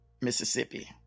Mississippi